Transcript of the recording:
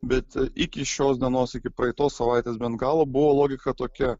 bet iki šios dienos iki praeitos savaitės bent galo buvo logika tokia